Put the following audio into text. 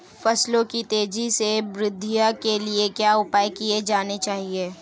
फसलों की तेज़ी से वृद्धि के लिए क्या उपाय किए जाने चाहिए?